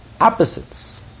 opposites